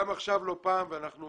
גם עכשיו, לא פעם, ואנחנו